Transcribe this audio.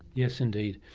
yes, indeed.